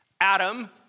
Adam